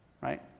right